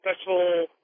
special